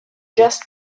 just